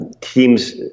teams